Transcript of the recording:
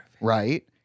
Right